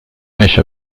mèche